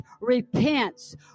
repents